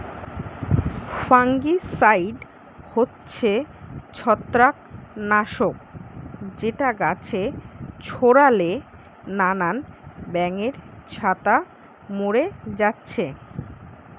fungicide হচ্ছে ছত্রাক নাশক যেটা গাছে ছোড়ালে নানান ব্যাঙের ছাতা মোরে যাচ্ছে